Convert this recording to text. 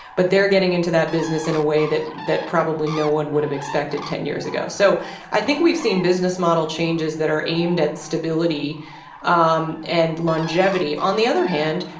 but they're getting into that business in a way that that probably no one would have expected ten years ago. so i think we've seen business model changes that are aimed at stability um and longevity. on the other hand,